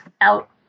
out